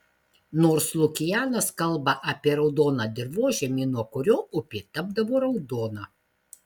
nors lukianas kalba apie raudoną dirvožemį nuo kurio upė tapdavo raudona